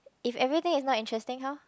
if everything is not interesting how